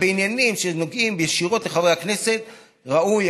עניינים שנוגעים ישירות לחברי הכנסת ראוי